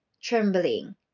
trembling